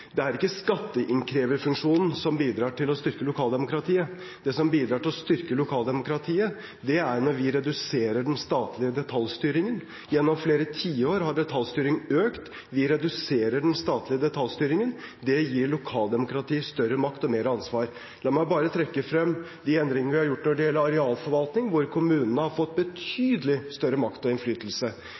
Det er ikke skatteinnkreverfunksjonen som bidrar til å styrke lokaldemokratiet. Det som bidrar til å styrke lokaldemokratiet, er at vi reduserer den statlige detaljstyringen. Gjennom flere tiår har detaljstyringen økt. Vi reduserer den statlige detaljstyringen, og det gir lokaldemokratiet større makt og mer ansvar. La meg bare trekke frem de endringene vi har gjort når det gjelder arealforvaltning, hvor kommunene har fått betydelig større makt og innflytelse.